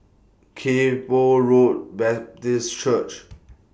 Kay Poh Road Baptist Church